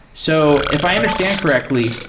so if i understand correctly,